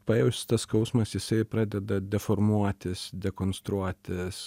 pajaustas skausmas jisai pradeda deformuotis dekonstruotis